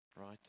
Right